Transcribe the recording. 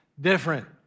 different